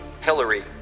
Hillary